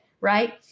Right